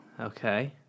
Okay